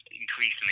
Increasingly